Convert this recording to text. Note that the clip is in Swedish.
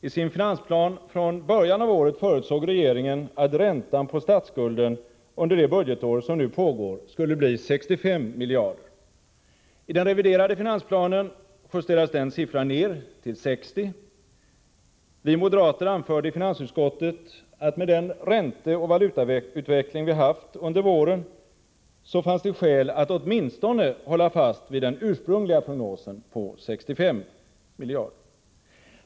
I sin finansplan från början av året förutsåg regeringen att räntan på statsskulden under det budgetår som nu pågår skulle bli 65 miljarder. I den reviderade finansplanen justeras denna siffra ned till 60 miljarder. Vi moderater anförde i finansutskottet, att med den ränteoch valutautveckling Sverige haft under våren fanns det skäl att åtminstone hålla fast vid den ursprungliga prognosen på 65 miljarder.